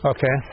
Okay